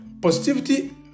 Positivity